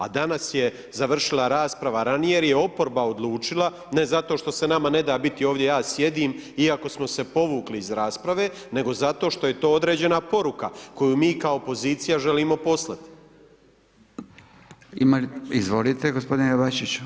A danas je završila rasprava ranije jer je oporba odlučila, ne zato što se nama ne da biti ovdje, ja sjedim, iako smo se povukli iz rasprave, nego zato što je to određena poruka, koju mi kao opozicija želimo poslati.